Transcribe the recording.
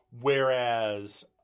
Whereas